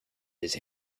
his